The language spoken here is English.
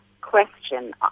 question